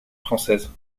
française